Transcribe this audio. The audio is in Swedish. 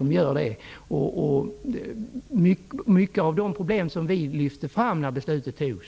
Många av de problem som vi lyfte fram när beslutet fattades